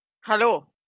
Hello